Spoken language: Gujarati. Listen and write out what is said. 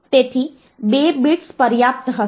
તેથી 2 બિટ્સ પર્યાપ્ત હશે